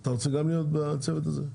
אתה גם רוצה להיות בצוות הזה?